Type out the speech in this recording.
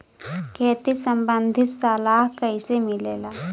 खेती संबंधित सलाह कैसे मिलेला?